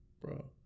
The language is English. bro